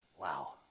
wow